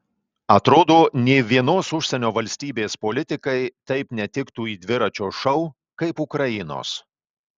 atrodo nė vienos užsienio valstybės politikai taip netiktų į dviračio šou kaip ukrainos